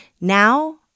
Now